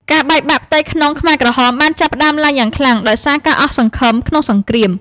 ការបែកបាក់ផ្ទៃក្នុងខ្មែរក្រហមបានចាប់ផ្ដើមឡើងយ៉ាងខ្លាំង ដោយសារការអស់សង្ឃឹមក្នុងសង្គ្រាម។